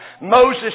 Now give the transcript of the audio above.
Moses